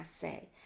say